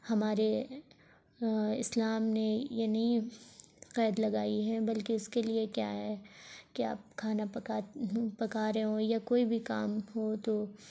ہمارے اسلام نے یہ نہیں قید لگائی ہے بلکہ اس کے لیے کیا ہے کہ آپ کھانا پکا پکا رہے ہوں یا کوئی بھی کام ہو تو